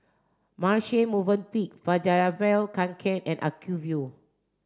Marche Movenpick Fjallraven Kanken and Acuvue